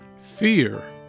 Fear